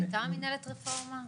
הייתה מינהלת רפורמה?